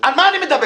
על מה אני מדבר?